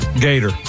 Gator